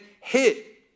hit